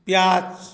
ପିଆଜ